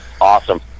Awesome